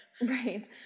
Right